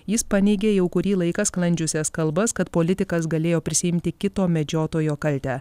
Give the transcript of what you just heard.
jis paneigė jau kurį laiką sklandžiusias kalbas kad politikas galėjo prisiimti kito medžiotojo kaltę